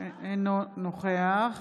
אינו נוכח